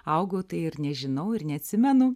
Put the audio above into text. augau tai ir nežinau ir neatsimenu